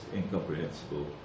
incomprehensible